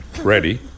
ready